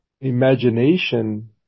Imagination